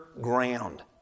ground